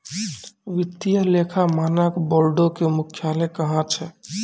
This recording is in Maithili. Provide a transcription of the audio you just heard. वित्तीय लेखा मानक बोर्डो के मुख्यालय कहां छै?